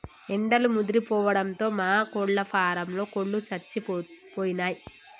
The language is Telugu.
ఎండలు ముదిరిపోవడంతో మా కోళ్ళ ఫారంలో కోళ్ళు సచ్చిపోయినయ్